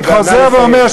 אני חוזר ואומר,